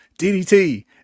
ddt